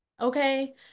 okay